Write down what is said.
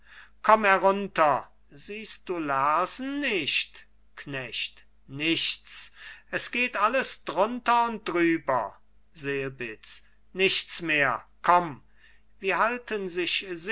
komm herunter siehst du lersen nicht knecht nichts es geht alles drunter und drüber selbitz nichts mehr komm wie halten sich